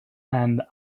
and